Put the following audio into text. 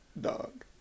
Dog